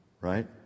Right